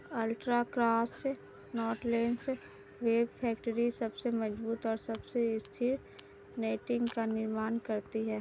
ultra cross knotless web factory सबसे मजबूत और सबसे स्थिर नेटिंग का निर्माण करती है